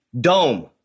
dome